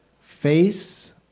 Face